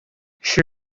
she